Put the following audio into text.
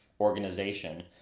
organization